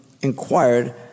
inquired